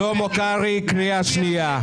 שלמה קרעי, קריאה שנייה.